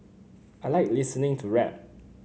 I like listening to rap